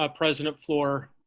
ah president fluor,